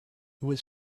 was